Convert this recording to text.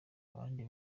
abandi